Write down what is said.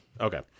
Okay